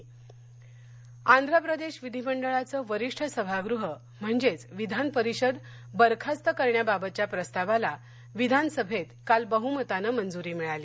आंध्रप्रदेश आंध्रप्रदेश विधिमंडळाचं वरिष्ठ सभागृह म्हणजेच विधानपरिषद बरखास्त करण्याबाबतच्या प्रस्तावाला विधानसभेत काल बह्मतानं मंजूरी मिळाली